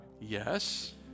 yes